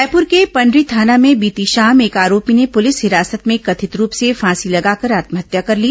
रायपुर के पंडरी थाना में बीती शाम एक आरोपी ने पुलिस हिरासत में कथित रूप से फांसी लगाकर आत्महत्या कर ली